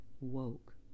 woke